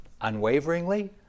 unwaveringly